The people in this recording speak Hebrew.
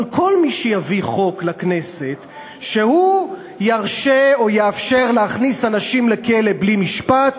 אבל כל מי שיביא חוק לכנסת שירשה או יאפשר להכניס אנשים לכלא בלי משפט,